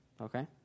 Okay